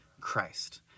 Christ